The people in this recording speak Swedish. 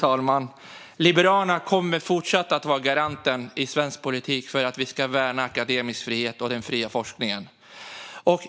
Fru talman! Liberalerna kommer fortsatt att vara garanten i svensk politik för att värna akademisk frihet och den fria forskningen.